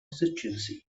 constituency